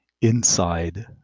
Inside